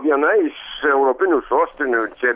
viena iš europinių sostinių čia